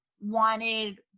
wanted